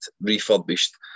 refurbished